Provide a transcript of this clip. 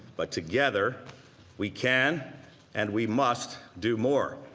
but together we can and we must do more.